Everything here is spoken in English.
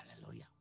Hallelujah